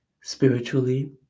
spiritually